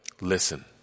Listen